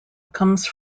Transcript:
comes